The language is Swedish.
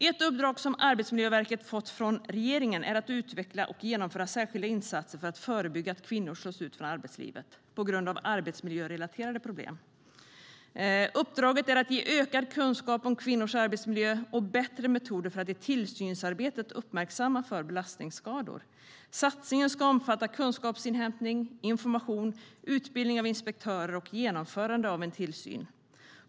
Ett uppdrag som Arbetsmiljöverket fått från regeringen är att utveckla och genomföra särskilda insatser för att förebygga att kvinnor slås ut från arbetslivet på grund av arbetsmiljörelaterade problem. Uppdraget är att ge ökad kunskap om kvinnors arbetsmiljö och bättre metoder för att i tillsynsarbetet uppmärksamma risker för belastningsskador. Satsningen ska omfatta kunskapsinhämtning, information, utbildning av inspektörer och genomförande av tillsyn.